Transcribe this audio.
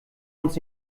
uns